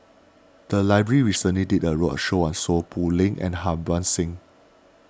the library recently did a roadshow on Seow Poh Leng and Harbans Singh